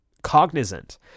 Cognizant